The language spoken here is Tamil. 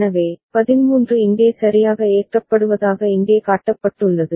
எனவே 13 இங்கே சரியாக ஏற்றப்படுவதாக இங்கே காட்டப்பட்டுள்ளது